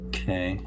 Okay